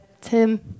Tim